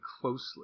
closely